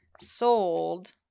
sold